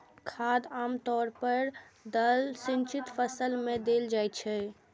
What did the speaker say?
खाद आम तौर पर सिंचित फसल मे देल जाइत छै